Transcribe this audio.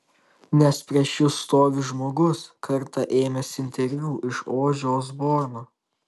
nes prieš jus stovi žmogus kartą ėmęs interviu iš ožio osborno